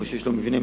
איפה שיש לו מבנים,